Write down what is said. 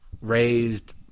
raised